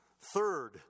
Third